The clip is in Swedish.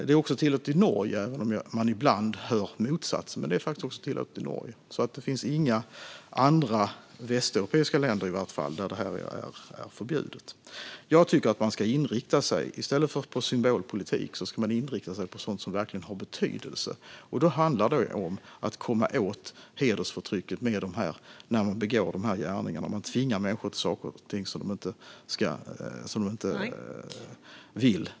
Det är också tillåtet i Norge, även om man ibland hör motsatsen. Det finns alltså inga andra västeuropeiska länder där detta är förbjudet. Jag tycker att man ska inrikta sig på sådant som verkligen har betydelse i stället för på symbolpolitik. Då handlar det om att komma åt hedersförtrycket när dessa gärningar begås, när man tvingar människor till saker och ting som de inte vill.